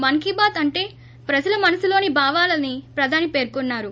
మన్కీబాత్ అంటే ప్రజల మనసులో భావాలని ప్రధాని పేర్కొన్నారు